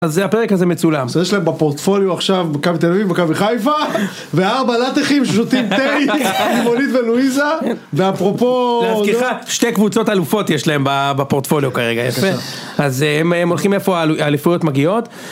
אז זה הפרק הזה מצולם. אז יש להם בפורטפוליו עכשיו כמה תל אביב וכמה חיפה, וארבע לטחים ששותים טייק לימונית ולואיזה, ואפרופו. להזכירך שתי קבוצות אלופות יש להם בפורטפוליו כרגע, יפה. אז הם הולכים איפה האלופויות מגיעות.